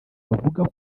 bavuga